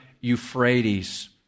Euphrates